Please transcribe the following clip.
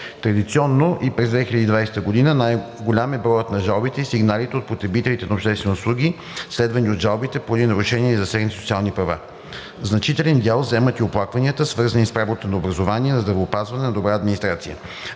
Традиционно и през 2020 г. най-голям е броят на жалбите и сигналите от потребителите на обществени услуги, следвани от жалбите, поради нарушени или засегнати социални права. Значителен дял заемат и оплакванията, свързани с правото на образование, на здравеопазване, на добра администрация.